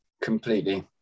completely